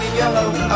yellow